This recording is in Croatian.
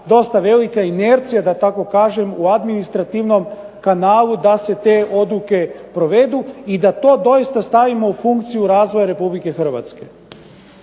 dosta velika inercija da tako kažem u administrativnom kanalu da se te odluke provedu i da to doista stavimo u funkciju razvoja Republike Hrvatske.